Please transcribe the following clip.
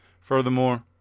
Furthermore